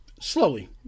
Slowly